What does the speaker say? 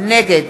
נגד